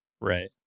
Right